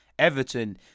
Everton